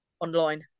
online